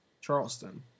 Charleston